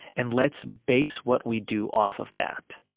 and let's base what we do off of that